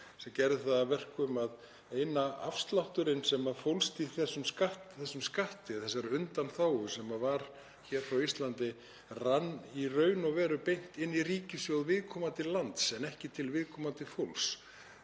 sem gerði það að verkum að eini afslátturinn sem fólst í þessum skatti, þessari undanþágu sem var hér frá Íslandi, rann í raun og veru beint inn í ríkissjóð viðkomandi lands en ekki til viðkomandi fólks.